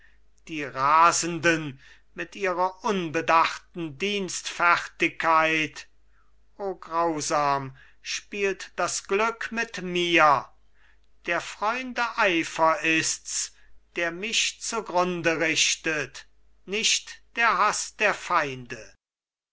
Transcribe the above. die rasenden mit ihrer unbedachten dienstfertigkeit o grausam spielt das glück mit mir der freunde eifer ists der mich zugrunde richtet nicht der haß der feinde